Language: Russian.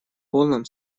полном